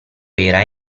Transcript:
era